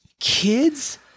kids